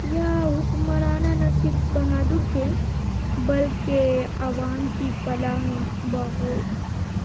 یہ حکمران نہ صرف بہادر تھے بلکہ عوام کی فلاح و بہبود